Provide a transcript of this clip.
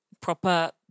proper